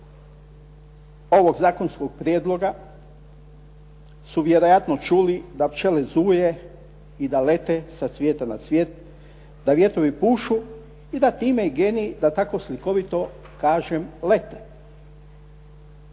da ... ovog zakonskog prijedloga su vjerojatno čuli da pčele zuje i da lete sa cvijeta na cvijet, da vjetrovi pušu i da time i geni da tako slikovito kažem lete.